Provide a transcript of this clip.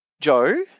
Joe